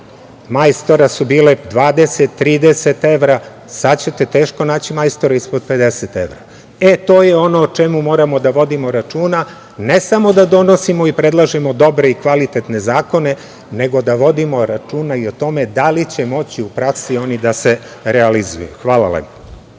majstora su bile 20, 30 evra. Sada ćete teško naći majstore ispod 50 evra. To je ono o čemu moramo da vodimo računa. Dakle, ne samo da donosimo i predlažemo dobre i kvalitetne zakone, nego da vodimo računa i o tome da li će moći u praksi oni da se realizuju. Hvala.